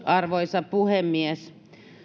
arvoisa puhemies